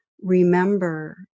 remember